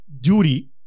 duty